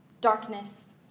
darkness